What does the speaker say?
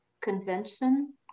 convention